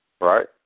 Right